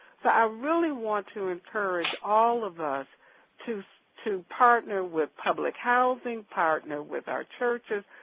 so i really want to encourage all of us to to partner with public housing, partner with our churches,